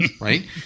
right